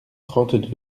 trente